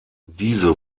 diese